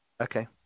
Okay